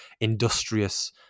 industrious